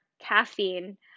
caffeine